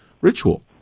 ritual